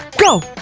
go!